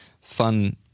fun